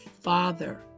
Father